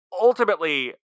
ultimately